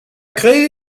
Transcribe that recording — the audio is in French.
créé